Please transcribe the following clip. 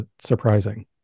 surprising